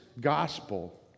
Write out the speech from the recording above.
gospel